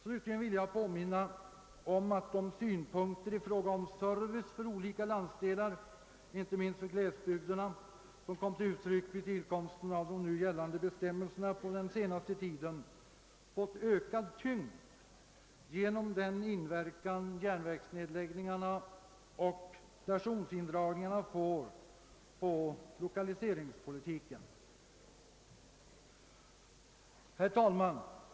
Slutligen vill jag påminna om att de synpunkter på frågan om service för olika landsdelar, inte minst för glesbygderna, som kom till uttryck vid tillkomsten av nu gällande bestämmelser, på senaste tiden har fått ökad tyngd genom den inverkan som järnvägsnedläggningarna och stationsindragningarna får på lokaliseringspolitiken. Herr talman!